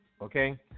okay